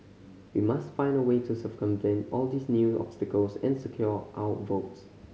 we must find a way to circumvent all these new obstacles and secure our votes